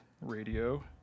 radio